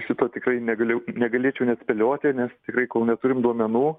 šito tikrai negaliu negalėčiau net spėlioti nes tikrai kol neturim duomenų